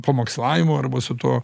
pamokslavimu arba su tuo